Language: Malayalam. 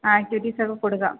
ആക്ടിവിറ്റീസൊക്കെ കൊടുക്കാം